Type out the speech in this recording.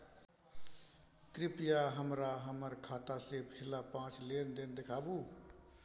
कृपया हमरा हमर खाता से पिछला पांच लेन देन देखाबु